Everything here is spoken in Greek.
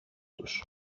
τους